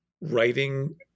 writing